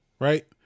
Right